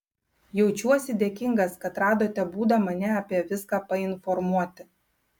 jaučiuosi dėkingas kad radote būdą mane apie viską painformuoti